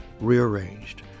rearranged